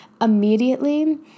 immediately